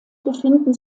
befinden